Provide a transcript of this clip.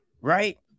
right